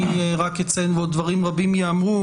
אני רק אציין ועוד דברים רבים ייאמרו